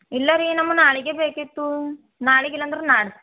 ಇಲ್ಲ ರೀ ನಮ್ಮ ನಾಳೆಗೇ ಬೇಕಿತ್ತೂ ನಾಳೆಗಿಲ್ಲ ಅಂದ್ರ್ ನಾಡ್ದು